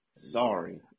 Sorry